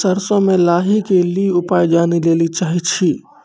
सरसों मे लाही के ली उपाय जाने लैली चाहे छी?